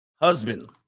husband